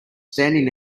standing